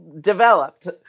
developed